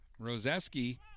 Roseski